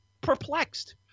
perplexed